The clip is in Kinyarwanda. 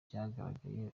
byagaragaye